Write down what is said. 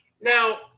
Now